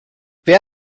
wer